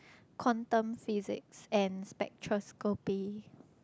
quantum physics and spectroscopy